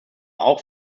auch